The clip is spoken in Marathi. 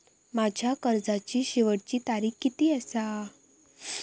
माझ्या कर्जाची शेवटची तारीख किती आसा?